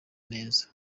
neza